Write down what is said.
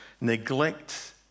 neglect